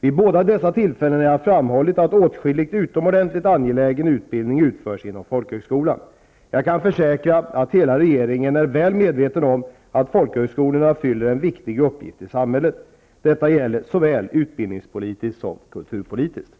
Vid båda dessa tillfällen har jag framhållit att åtskillig utomordentligt anglägen utbildning utförs inom folkhögskolan. Jag kan försäkra att hela regeringen är väl medveten om att folkhögskolorna har en viktig uppgift i samhället. Detta gäller såväl utbildningspolitiskt som kulturpolitiskt.